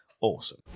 Awesome